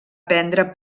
prendre